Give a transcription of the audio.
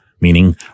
meaning